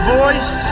voice